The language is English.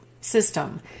system